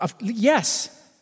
Yes